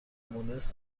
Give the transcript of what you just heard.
مونس